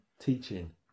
teaching